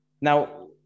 now